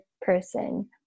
person